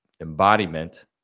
embodiment